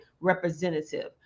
representative